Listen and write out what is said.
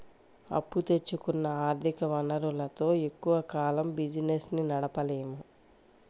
అప్పు తెచ్చుకున్న ఆర్ధిక వనరులతో ఎక్కువ కాలం బిజినెస్ ని నడపలేము